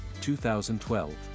2012